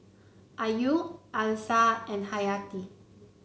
Ayu Alyssa and Hayati